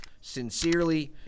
Sincerely